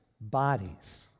bodies